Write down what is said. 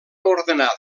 ordenar